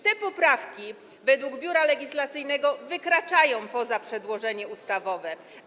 Te poprawki według Biura Legislacyjnego wykraczają poza przedłożenie ustawowe.